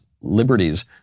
liberties